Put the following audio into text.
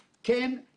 ד"ר רועי בס,